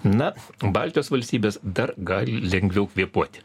na baltijos valstybės dar gali lengviau kvėpuoti